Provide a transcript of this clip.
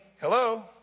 hello